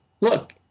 look